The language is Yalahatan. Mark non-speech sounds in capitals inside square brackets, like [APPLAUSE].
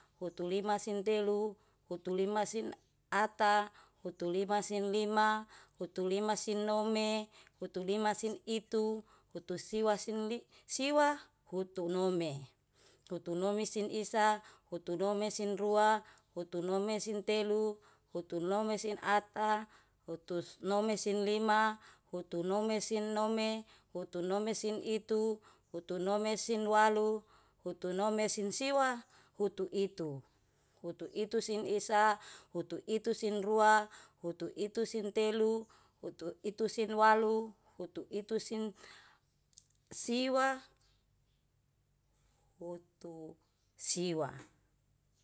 Utulima sin telu, utulima sn ata, utulima sin lima, utulima sin nome, utulima sin itu. utusiwa sin li [HESITATION] siwa, utu nome. Utu nome sin isa, utu nomesin isa. utu nome sin rua. utu nome sin telu, utu nome sin ata, utu nome sin lima, utu nome sin nome, utu nome sin itu, utu nome sin walu, utu nome sin siwa, utuitu. Utuitu sin isa, utuitu sin ruautuitu sin telu, utuitu sin ata, utuitu sin lima, utuitu sin nome, utuitu sin itu, utuitu sin siwa, utusiwa.